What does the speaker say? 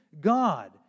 God